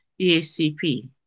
EACP